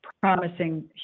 promising